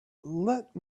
let